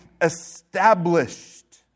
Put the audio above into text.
established